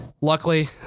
Luckily